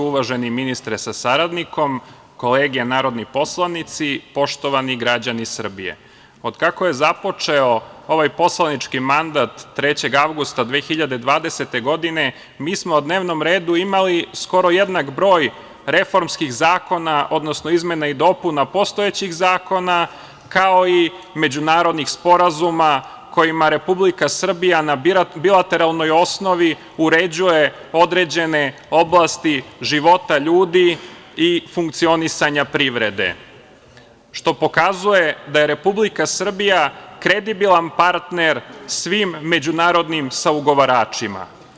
Uvaženi ministre sa saradnikom, kolege narodni poslanici, poštovani građani Srbije, otkako je započeo ovaj poslanički mandat 3. avgusta 2020. godine mi smo na dnevnom redu imali skoro jednak broj reformskih zakona, odnosno izmena i dopuna postojećih zakona, kao i međunarodnih sporazuma kojima Republika Srbija na bilateralnoj osnovi uređuje određene oblasti života ljudi i funkcionisanja privrede, što pokazuje da je Republika Srbija kredibilan partner svim međunarodnim saugovaračima.